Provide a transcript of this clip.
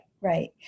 right